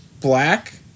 Black